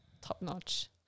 top-notch